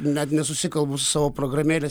net nesusikalbu su savo programėle